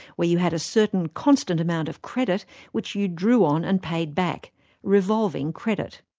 where you had a certain constant amount of credit which you drew on and paid back revolving credit.